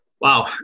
Wow